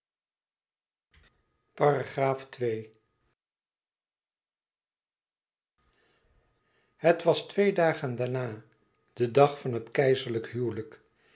het was twee dagen daarna de dag van het keizerlijke huwelijke